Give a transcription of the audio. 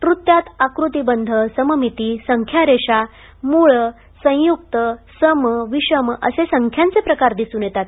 नृत्यात आकृतिबंध सममिती संख्यारेषा मूळ संयुक्त सम विषम असे संख्यांचे प्रकार दिसून येतात